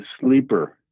sleeper